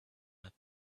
not